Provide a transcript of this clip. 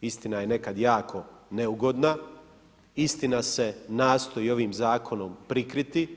Istina je nekad jako neugodna, istina se nastoji ovim zakonom prikriti,